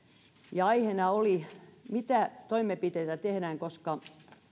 ja aiheena oli mitä toimenpiteitä tehdään koska